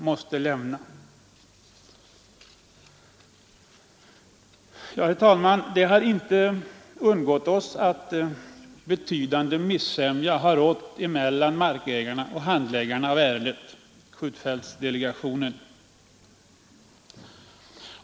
Herr talman! Det har inte undgått oss att betydande missämja har rått mellan markägarna och handläggarna av ärendet, skjutfältsdelegationen.